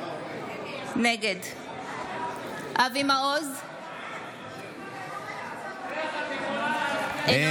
נגד איך את יכולה להצביע נגד החוק?